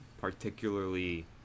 particularly